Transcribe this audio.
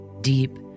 deep